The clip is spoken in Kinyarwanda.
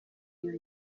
iyo